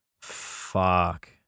Fuck